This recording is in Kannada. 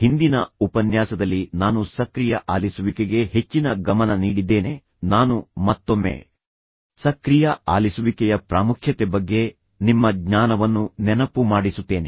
ಹಿಂದಿನ ಉಪನ್ಯಾಸದಲ್ಲಿ ನಾನು ಸಕ್ರಿಯ ಆಲಿಸುವಿಕೆಗೆ ಹೆಚ್ಚಿನ ಗಮನ ನೀಡಿದ್ದೇನೆ ನಾನು ಮತ್ತೊಮ್ಮೆ ಸಕ್ರಿಯ ಆಲಿಸುವಿಕೆಯ ಪ್ರಾಮುಖ್ಯತೆ ಬಗ್ಗೆ ನಿಮ್ಮ ಜ್ಞಾನವನ್ನು ನೆನಪು ಮಾಡಿಸುತ್ತೇನೆ